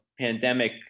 pandemic